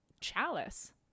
Chalice